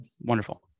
wonderful